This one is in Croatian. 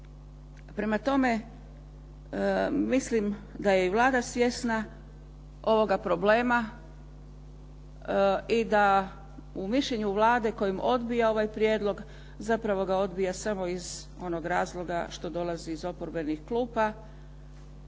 Prema tome, mislim da je i Vlada svjesna ovoga problema i da u mišljenju Vlade kojim odbija ovaj prijedlog zapravo ga odbija samo iz onog razloga što dolazi iz oporbenih klupa.